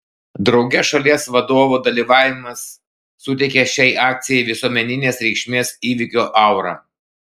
drauge šalies vadovo dalyvavimas suteikia šiai akcijai visuomeninės reikšmės įvykio aurą